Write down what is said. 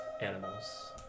animals